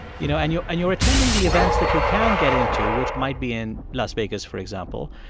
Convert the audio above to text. you know, and you're and you're attending the events that you can get into, which might be in las vegas, for example,